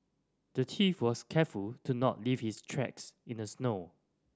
the thief was careful to not leave his tracks in the snow